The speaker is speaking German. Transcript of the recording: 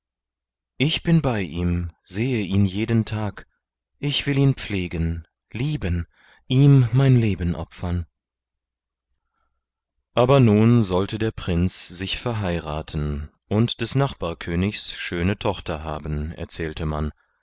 ich bin bei ihm sehe ihn jeden tag ich will ihn pflegen lieben ihm mein leben opfern aber nun sollte der prinz sich verheiraten und des nachbarkönigs schöne tochter haben erzählte man